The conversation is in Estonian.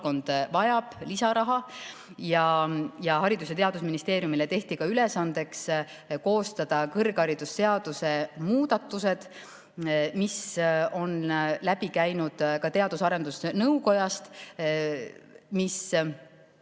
vajab lisaraha. Haridus‑ ja Teadusministeeriumile tehti ülesandeks koostada kõrgharidusseaduse muudatused, mis on läbi käinud ka Teadus‑ ja Arendusnõukogust.